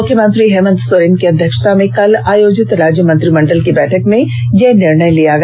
मुख्यमंत्री हेमंत सोरेन की अध्यक्षता में कल आयोजित राज्य मंत्रिमंडल की बैठक में यह निर्णय लिया गया